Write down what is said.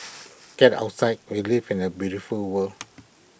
get outside we live in A beautiful world